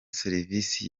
serivise